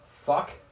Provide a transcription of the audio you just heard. Fuck